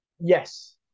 yes